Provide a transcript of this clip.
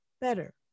better